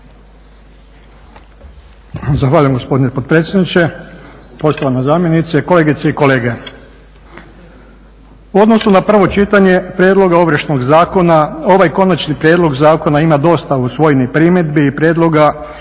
Zahvaljujem gospodine potpredsjedniče. Poštovana zamjenice, kolegice i kolege. U odnosu na prvo čitanje Prijedloga Ovršnog zakona, ovaj konačni prijedlog zakona ima dosta usvojenih primjedbi i prijedloga